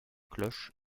cloche